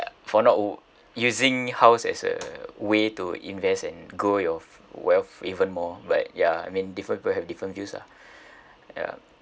for not o~ using house as a way to invest and grow your wealth even more but ya I mean different people have different views ah ya